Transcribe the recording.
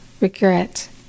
regret